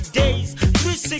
days